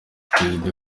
perezida